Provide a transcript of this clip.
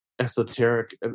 esoteric